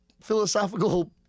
philosophical